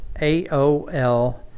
AOL